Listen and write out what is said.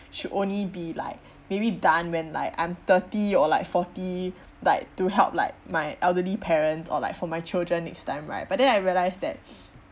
should only be like maybe done when like I'm thirty or like forty like to help like my elderly parents or like for my children next time right but then I realise that